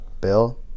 Bill